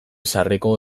zaharreko